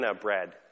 bread